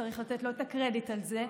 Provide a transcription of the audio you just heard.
צריך לתת לו את הקרדיט על זה,